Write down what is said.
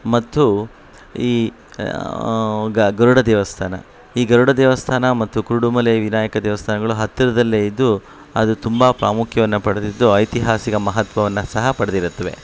ಮತ್ತು ಈ ಗರುಡ ದೇವಸ್ಥಾನ ಈ ಗರುಡ ದೇವಸ್ಥಾನ ಮತ್ತು ಕುರುಡು ಮಲೆ ವಿನಾಯಕ ದೇವಸ್ಥಾನಗಳು ಹತ್ತಿರದಲ್ಲೇ ಇದ್ದು ಅದು ತುಂಬ ಪ್ರಾಮುಖ್ಯವನ್ನು ಪಡೆದಿದ್ದು ಐತಿಹಾಸಿಕ ಮಹತ್ವವನ್ನು ಸಹ ಪಡೆದಿರುತ್ತವೆ